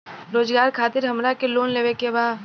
रोजगार खातीर हमरा के लोन लेवे के बा?